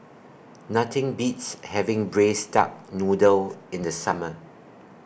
Nothing Beats having Braised Duck Noodle in The Summer